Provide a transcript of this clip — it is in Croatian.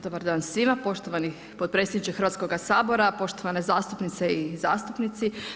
Dobar dan, poštovani potpredsjedniče Hrvatskog sabora, poštovane zastupnice i zastupnici.